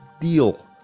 deal